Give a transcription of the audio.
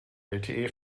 lte